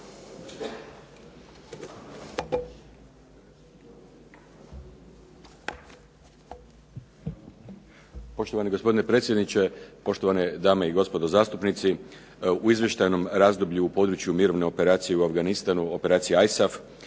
Poštovani gospodine predsjedniče, poštovane dame i gospodo zastupnici. U izvještajnom razdoblju u području mirovne operacije u Afganistanu, operacije ISAF